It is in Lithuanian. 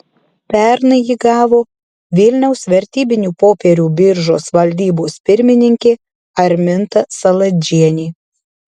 pernai jį gavo vilniaus vertybinių popierių biržos valdybos pirmininkė arminta saladžienė